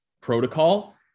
protocol